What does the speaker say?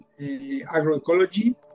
agroecology